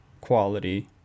quality